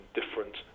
different